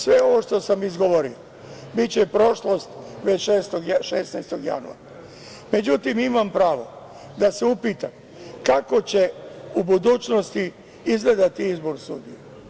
Sve ovo što sam izgovorio, biće prošlost već 16. januara, međutim, imam pravo da se upitam, kako će u budućnosti izgledati izbor sudija.